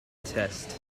test